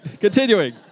continuing